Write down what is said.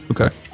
Okay